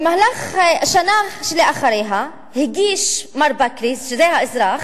במהלך השנה שלאחריה הגיש מר בכרי, שזה האזרח,